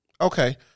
Okay